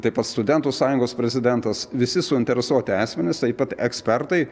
taip pat studentų sąjungos prezidentas visi suinteresuoti asmenys taip pat ekspertai